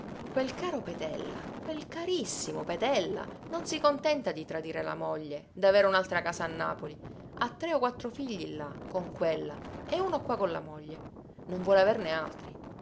quel caro petella quel carissimo petella non si contenta di tradire la moglie d'avere un'altra casa a napoli ha tre o quattro figli là con quella e uno qua con la moglie non vuole averne altri